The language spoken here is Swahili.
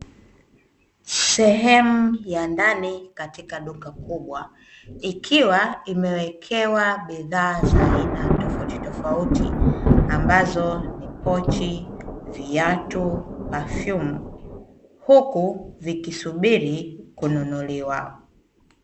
Sehemu ya ndani katika duka kubwa ikiwa imewekewa bidhaa mbalimbali kama vili soksi, suruali na viatu huku vikisubiri kununuliwa